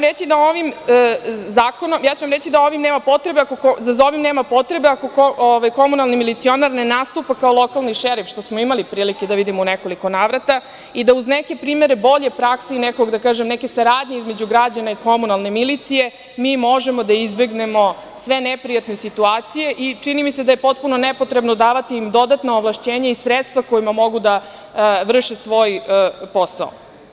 Reći ću da za ovim nema potrebe ako komunalni milicionar ne nastupa kao lokalni šerif, što smo imali prilike da vidimo u nekoliko navrata i da uz neke primere bolje prakse i neke saradnje između građana i komunalne milicije, mi možemo da izbegnemo sve neprijatne situacije i čini mi se da je potpuno nepotrebno davati im dodatna ovlašćenja i sredstva kojima mogu da vrše svoj posao.